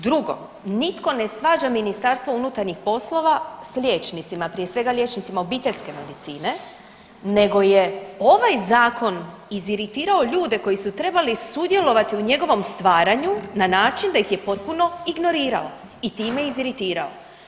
Drugo, nitko ne svađa Ministarstvo unutarnjih poslova s liječnicima, prije svega liječnicima obiteljske medicine nego je ovaj zakon iziritirao ljude koji su trebali sudjelovati u njegovom stvaranju na način da ih je potpuno ignorirao i time iziritirao.